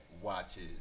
Watches